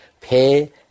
pay